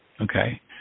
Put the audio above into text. Okay